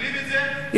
מקבלים את זה, מצוין.